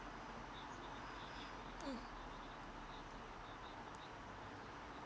mm